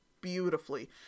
beautifully